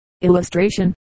Illustration